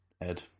Ed